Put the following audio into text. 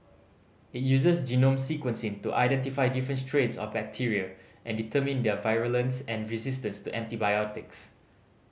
it uses genome sequencing to identify different strains of bacteria and determine their virulence and resistance to antibiotics